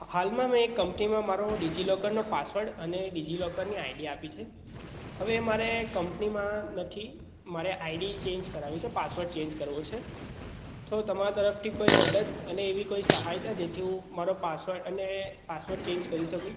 હાલમાં એક કંપનીમાં મારો ડીજી લોકરનો પાસવડ અને ડીજી લોકરની આઈડી આપી છે હવે મારે કંપનીમાં નથી મારે આઈડી ચેન્જ કરાવવી છે પાસવડ ચેન્જ કરવો છે તો તમારા તરફથી કોઈ મદદ અને એવી કોઈ સહાયતા જેથી હું મારો પાસવડ અને પાસવડ ચેન્જ કરી શકું